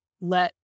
let